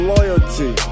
Loyalty